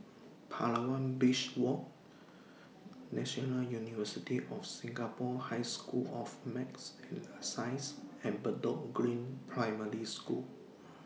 Palawan Beach Walk National University of Singapore High School of Math and Science and Bedok Green Primary School